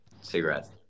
cigarettes